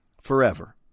forever